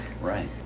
Right